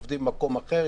עובדים במקום אחר,